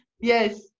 yes